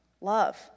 love